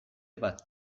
bat